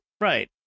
Right